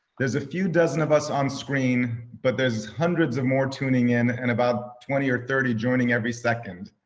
there's a few dozen of us on screen. but there's hundreds of more tuning in and about twenty or thirty joining every second.